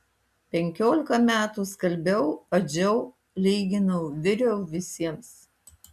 penkiolika metų skalbiau adžiau lyginau viriau visiems